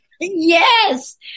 Yes